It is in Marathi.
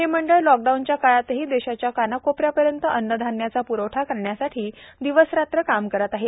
हे मंडळ लॉकडाऊनच्या काळातही देशाच्या कानाकोपऱ्यापर्यंत अन्नधान्याचा प्रवठा करण्यासाठी दिवस रात्र काम करत आहे